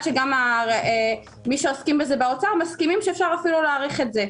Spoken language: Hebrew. שגם מי שעוסקים בזה באוצר מסכימים שאפשר אפילן להעריך את זה,